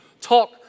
talk